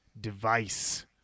Device